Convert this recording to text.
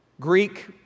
Greek